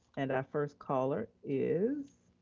and our first caller is.